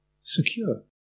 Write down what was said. secure